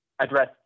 address